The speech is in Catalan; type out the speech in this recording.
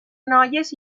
noies